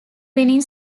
winning